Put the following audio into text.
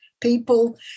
people